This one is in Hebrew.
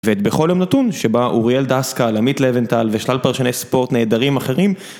ואת בכל יום נתון, שבה אוריאל דסקל, לעמית לבנטל ושלל פרשני ספורט נהדרים אחרים.